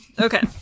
Okay